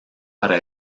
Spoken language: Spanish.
para